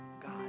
God